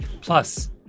Plus